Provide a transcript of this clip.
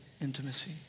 intimacy